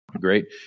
great